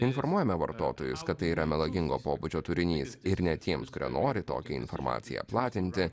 informuojame vartotojus kad tai yra melagingo pobūdžio turinys ir net tiems kurie nori tokią informaciją platinti